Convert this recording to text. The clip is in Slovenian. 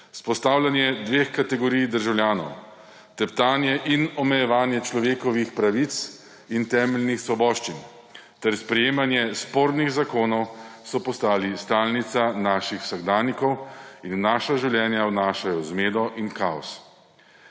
vzpostavljanje dveh kategorij državljanov, teptanje in omejevanje človekovih pravic in temeljnih svoboščin ter sprejemanje spornih zakonov so postali stalnica naših vsakdanjikov in v naša življenja vnašajo zmedo in kaos.